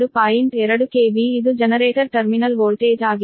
2 KV ಇದು generator terminal voltage ಆಗಿದೆ